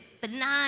benign